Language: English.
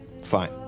fine